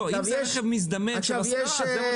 אם זה רכב מזדמן של השרה, זה משהו אחר.